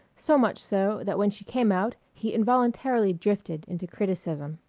so much so that when she came out he involuntarily drifted into criticism.